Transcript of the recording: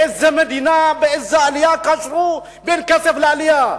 באיזו מדינה, באיזו עלייה קשרו בין כסף לעלייה?